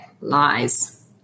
lies